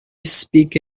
speak